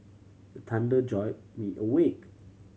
the thunder jolt me awake